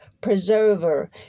preserver